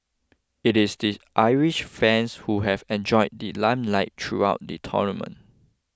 it is the Irish fans who have enjoyed the limelight throughout the tournament